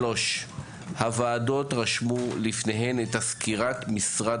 הוועדות רשמו לפניהן את סקירת משרד